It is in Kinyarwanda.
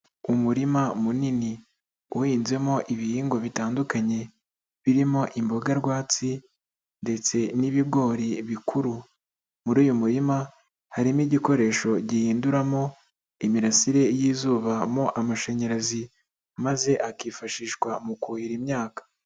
Umurima munini uhinzemo ibihingwa bitandukanye, birimo imboga rwatsi ndetse n'ibigori bikuru, muri uyu murima harimo igikoresho gihinduramo imirasire y'izuba mo amashanyarazi, maze akifashishwa mu kuhira imyaka.